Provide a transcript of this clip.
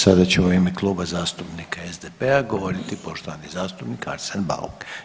Sada će u ime Kluba zastupnika SDP-a govoriti poštovani zastupnik Arsen Bauk.